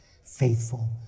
faithful